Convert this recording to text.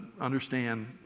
understand